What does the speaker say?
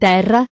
Terra